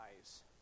eyes